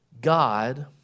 God